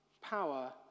power